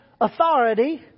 authority